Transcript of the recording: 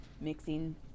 mixing